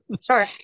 sure